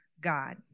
God